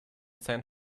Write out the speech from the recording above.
san